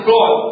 God